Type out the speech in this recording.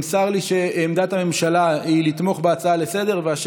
נמסר לי שעמדת הממשלה היא לתמוך בהצעה לסדר-היום.